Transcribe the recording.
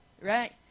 Right